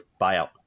buyout